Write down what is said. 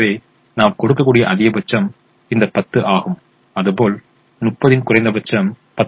எனவே நாம் கொடுக்கக்கூடிய அதிகபட்சம் இந்த 10 ஆகும் அதுபோல் 30 இன் குறைந்தபட்சம் 10 ஆக இருக்கும்